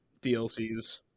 DLCs